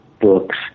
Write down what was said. books